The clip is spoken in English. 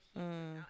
mm